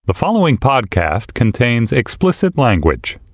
the following podcast contains explicit language